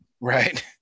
Right